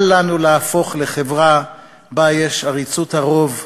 אל לנו להפוך לחברה שבה יש עריצות הרוב.